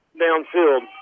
downfield